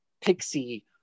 pixie